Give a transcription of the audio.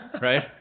right